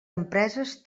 empreses